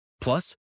Plus